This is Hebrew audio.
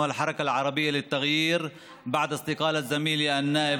בסם אללה א-רחמאן א-רחים, כבוד היושב-ראש, חברים,